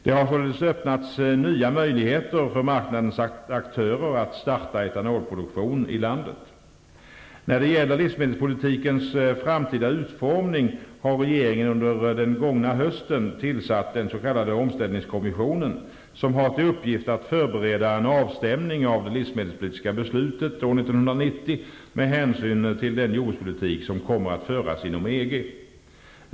Det har således öppnats nya möjligheter för marknadens aktörer att starta etanolproduktion i landet. När det gäller livsmedelspolitikens framtida utformning är det så att regeringen under den gångna hösten har tillsatt den s.k. omställningskommissionen, som har till uppgift att förbereda en avstämning av det livsmedelspolitiska beslutet år 1990 med hänsyn till den jordbrukspolitik som kommer att föras inom EG.